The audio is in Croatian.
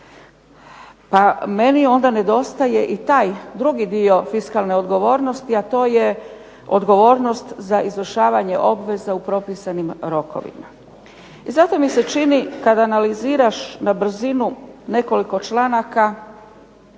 Pa meni onda nedostaje i taj drugi dio fiskalne odgovornosti, a to je odgovornost za izvršavanje obveza u propisanim rokovima. I zato mi se čini kada analiziraš na brzinu nekoliko članaka